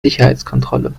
sicherheitskontrolle